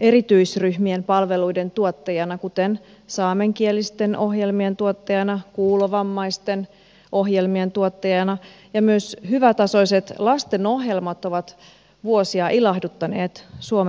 erityisryhmien palveluiden tuottajana kuten saamenkielisten ohjelmien tuottajana kuulovammaisten ohjelmien tuottajana ja myös hyvätasoiset lastenohjelmat ovat vuosia ilahduttaneet suomen lapsia